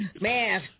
Man